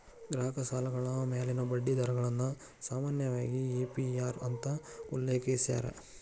ಗ್ರಾಹಕ ಸಾಲಗಳ ಮ್ಯಾಲಿನ ಬಡ್ಡಿ ದರಗಳನ್ನ ಸಾಮಾನ್ಯವಾಗಿ ಎ.ಪಿ.ಅರ್ ಅಂತ ಉಲ್ಲೇಖಿಸ್ಯಾರ